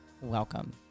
welcome